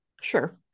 Sure